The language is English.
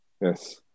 Yes